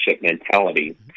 mentality